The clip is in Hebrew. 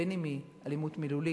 בין אם היא אלימות מילולית,